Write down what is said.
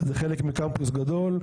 זה חלק ניכר פלוס גדול.